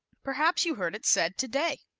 perhaps you heard it said today.